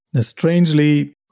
Strangely